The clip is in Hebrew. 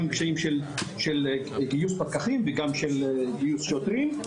קשיים של גיוס פקחים וגם של גיוס שוטרים.